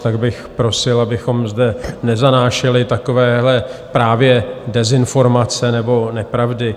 Tak bych prosil, abychom zde nezanášeli takovéhle právě dezinformace nebo nepravdy.